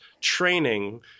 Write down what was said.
training